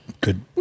good